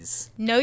No